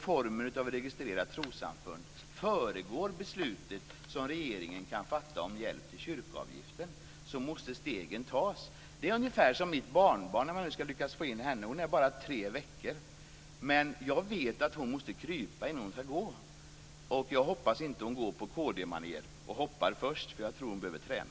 Formerna för registrering av trossamfund föregår beslutet som regeringen kan fatta om hjälp till kyrkoavgiften. Så måste stegen tas. Det är ungefär som mitt tre veckor gamla barnbarn. Jag vet att hon måste krypa innan hon kan gå. Jag hoppas att hon inte går på kd-manér och hoppar först - hon behöver träna.